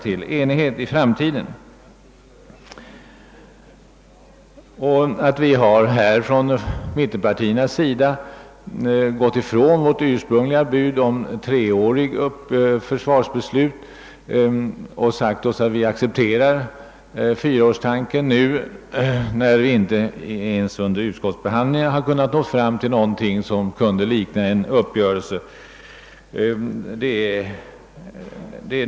Det blev nödvändigt att i ett särskilt yttrande klargöra, varför mittenpartierna gått ifrån sitt ursprungliga bud om ett treårigt försvarsbeslut och sagt att de nu accepterar tanken på en fyraårsperiod när man inte ens under utskottsbehandlingen kunnat nå fram till någonting som kunde likna en uppgörelse.